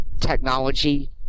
technology